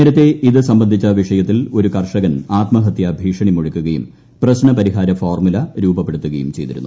നേരത്തെ ഇതുസംബന്ധിച്ചു വിഷയത്തിൽ കർഷൻ ഒരു ആത്മഹത്യഭീഷണി മുഴക്കുകയും പ്രശ്നപരിഹാര ഫോർമുല രൂപപ്പെടുത്തുകയും ചെയ്തിരുന്നു